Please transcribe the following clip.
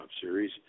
series